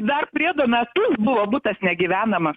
dar priedo metus buvo butas negyvenamas